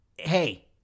hey